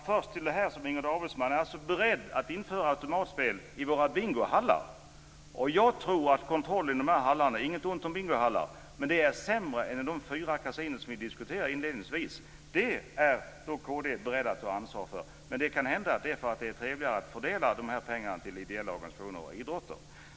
Fru talman! Kristdemokraterna är beredda att införa automatspel i våra bingohallar, och jag tror att kontrollen där är sämre än i de fyra kasinon som vi diskuterar inledningsvis. Det är kd berett att ta ansvar för! Men det kan hända att det är därför att det är trevligare att fördela de pengarna till ideella organisationer och idrotter.